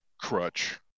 crutch